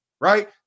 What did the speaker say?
Right